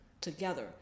together